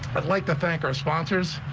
i'd like to thank our sponsors.